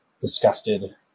disgusted